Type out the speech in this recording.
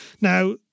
Now